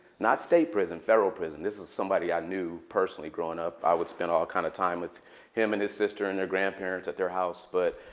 not state prison, federal prison. this is somebody i knew personally growing up. i would spend all kind of time with him and his sister and their grandparents at their house. but